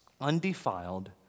undefiled